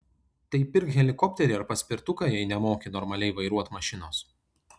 tai pirk helikopterį ar paspirtuką jei nemoki normaliai vairuot mašinos